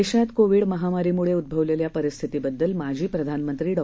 देशात कोविड महामारीमुळे उद्भवलेल्या परिस्थितीबद्दल माजी प्रधानमंत्री डॉ